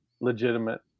legitimate